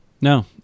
No